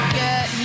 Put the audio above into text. get